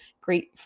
great